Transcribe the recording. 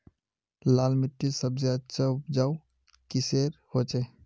लाल माटित सबसे अच्छा उपजाऊ किसेर होचए?